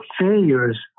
failures